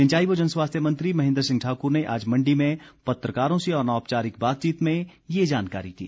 सिंचाई व जन स्वास्थ्य मंत्री महेन्द्र सिंह ठाकुर ने आज मण्डी में पत्रकारों से अनौपचारिक बातचीत में ये जानकारी दी